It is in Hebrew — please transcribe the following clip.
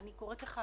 אני קוראת לך,